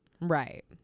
Right